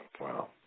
Wow